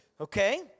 Okay